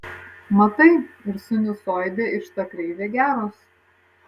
matai ir sinusoidė ir šita kreivė geros